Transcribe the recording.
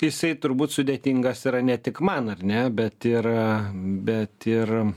jisai turbūt sudėtingas yra ne tik man ar ne bet ir bet ir